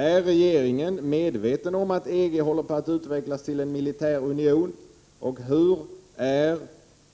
Är regeringen medveten om att EG håller på att utvecklas till en militär union, och hur är